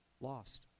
lost